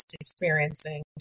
experiencing